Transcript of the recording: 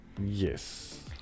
yes